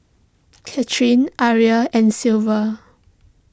Katharine Aria and Silver